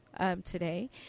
today